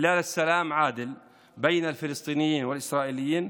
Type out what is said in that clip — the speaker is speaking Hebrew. השכנת שלום הוגן בין הפלסטינים לישראלים,